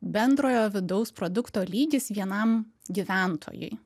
bendrojo vidaus produkto lygis vienam gyventojui